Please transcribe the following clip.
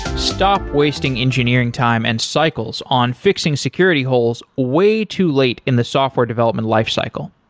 stop wasting engineering time and cycles on fixing security holes way too late in the software development lifecycle.